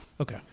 Okay